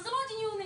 וזה לא דיון ענייני.